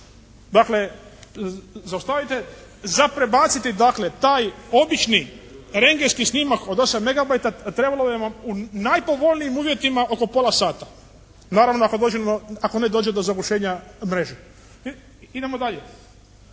Dakle, zaustavite, za prebaciti dakle taj obični rentgentski snimak od 8 megabajta …/Govornik se ne razumije./… u najpovoljnijim uvjetima oko pola sata, naravno ako ne dođe do zagušenja mreže. Idemo dalje.